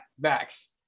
Max